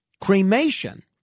Cremation